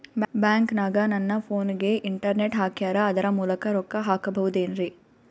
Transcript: ಬ್ಯಾಂಕನಗ ನನ್ನ ಫೋನಗೆ ಇಂಟರ್ನೆಟ್ ಹಾಕ್ಯಾರ ಅದರ ಮೂಲಕ ರೊಕ್ಕ ಹಾಕಬಹುದೇನ್ರಿ?